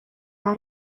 برا